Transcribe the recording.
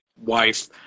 wife